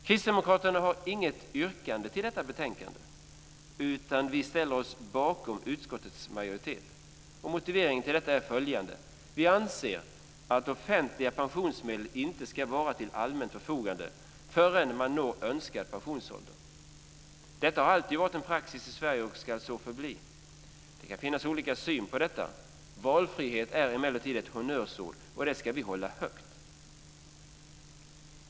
Kristdemokraterna har inget yrkande till detta betänkande, utan vi ställer oss bakom utskottets majoritet. Motiveringen till detta är följande: Vi anser att offentliga pensionsmedel inte ska vara till allmänt förfogande förrän man når önskad pensionsålder. Detta har alltid varit en praxis i Sverige och ska så förbli. Det kan finnas olika syn på detta. Valfrihet är emellertid ett honnörsord, och det ska vi hålla högt.